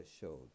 showed